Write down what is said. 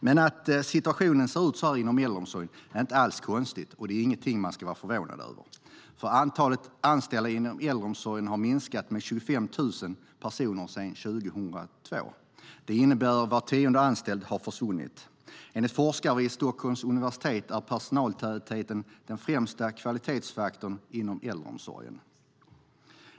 Men att situationen ser ut så här inom äldreomsorgen är inte alls konstigt och det är ingenting man ska vara förvånad över, för antalet anställda inom äldreomsorgen har minskat med 25 000 personer sedan 2002. Det innebär att var tionde anställd har försvunnit. Enligt forskare vid Stockholms universitet är personaltätheten den främsta kvalitetsfaktorn inom äldreomsorgen.